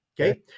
okay